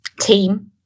team